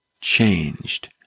changed